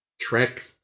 Trek